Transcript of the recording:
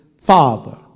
father